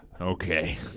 Okay